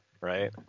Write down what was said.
Right